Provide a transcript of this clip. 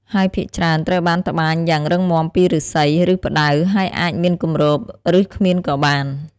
ហើយភាគច្រើនត្រូវបានត្បាញយ៉ាងរឹងមាំពីឫស្សី ឬផ្តៅ ហើយអាចមានគម្រប ឬគ្មានក៏បាន។